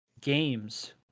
games